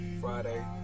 friday